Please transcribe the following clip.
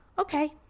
Okay